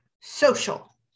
social